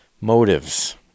motives